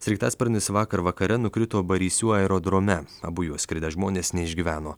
sraigtasparnis vakar vakare nukrito barysių aerodrome abu juo skridę žmonės neišgyveno